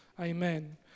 Amen